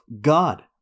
God